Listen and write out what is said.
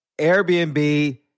Airbnb